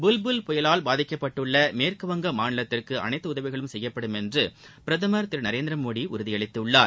புல் புல் புயலால் பாதிக்கபட்டுள்ள மேற்கு வங்க மாநிலத்திற்கு அனைத்து உதவிகளும் செய்யப்படும் என பிரதமர் திரு நரேந்திரமோடி உறுதியளித்திருக்கிறார்